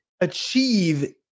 achieve